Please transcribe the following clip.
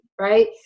right